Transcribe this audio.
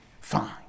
Fine